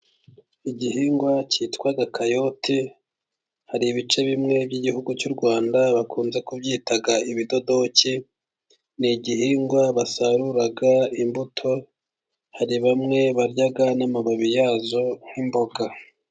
Igihingwa cyitwa kayote hari ibice bimwe by'igihugu cy'u Rwanda bakunze kubyita ibidodoki, ni igihingwa basarura imbuto, hari bamwe barya n'amababi yazo nk'imboga.